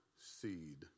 seed